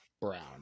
brown